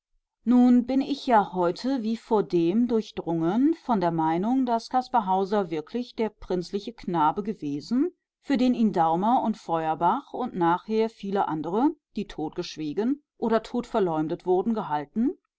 nun bin ich ja heute wie vordem durchdrungen von der meinung daß caspar hauser wirklich der prinzliche knabe gewesen für den ihn daumer und feuerbach und nachher viele andere die totgeschwiegen oder totverleumdet wurden gehalten